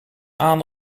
aan